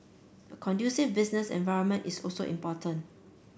a conducive business environment is also important